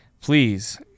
please